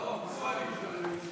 לא, אלי ישי?